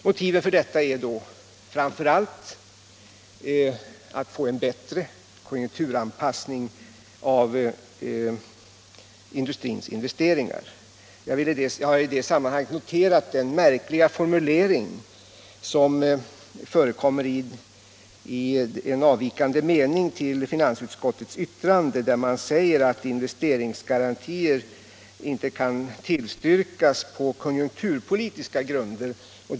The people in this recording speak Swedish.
Syftet med detta är då framför allt att få en bättre konjunkturanpassning i industrins investeringar. Jag har i det sammanhanget noterat den märkliga formulering som förekommer i en avvikande mening till finansutskottets yttrande. Man säger att investeringsgarantier inte kan tillstyrkas på konjunkturpolitiska grunder.